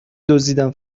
دزدیدن